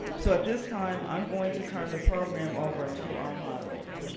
so at this time i'm going to turn the program over to our moderator.